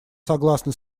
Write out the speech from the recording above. согласны